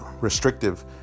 restrictive